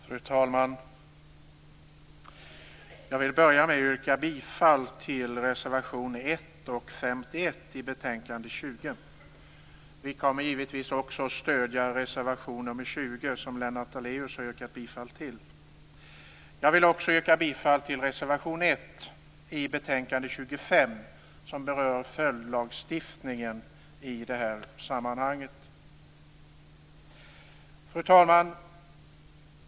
Fru talman! Jag vill börja med att yrka bifall till reservationerna 1 och 51 i betänkande 20. Vi kommer givetvis också att stödja reservation 20, som Lennart Daléus har yrkat bifall till. Jag vill också yrka bifall till reservation 1 i betänkande 25 som berör följdlagstiftningen i det här sammanhanget. Fru talman!